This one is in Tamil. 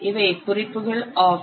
இவைகள் குறிப்புகள் ஆகும்